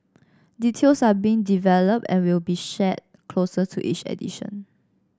details are being developed and will be shared closer to each edition